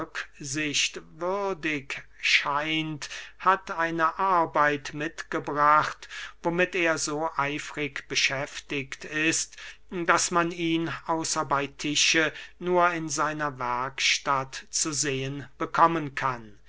rücksicht würdig scheint hat eine arbeit mitgebracht womit er so eifrig beschäftigt ist daß man ihn außer bey tische nur in seiner werkstatt zu sehen bekommen kann